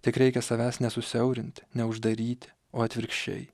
tik reikia savęs nesusiaurinti neuždaryti o atvirkščiai